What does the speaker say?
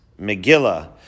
Megillah